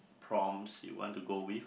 prawns you want to go with